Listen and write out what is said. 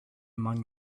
among